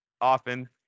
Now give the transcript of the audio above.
often